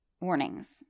Warnings